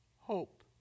hope